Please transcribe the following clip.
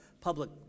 public